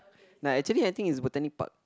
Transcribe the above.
no actually I think it's Botanic Park